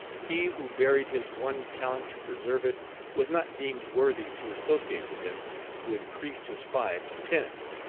he who buried his one talent to preserve it was not deemed worthy to associate with him who increased his five to ten.